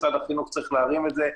משרד החינוך צריך להרים את זה,